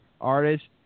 artist